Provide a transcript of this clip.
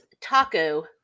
Taco